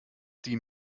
die